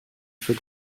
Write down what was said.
für